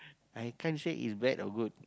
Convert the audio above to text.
I can't say is bad or good